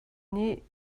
nih